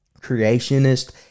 creationist